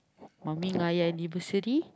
mummy nine anniversary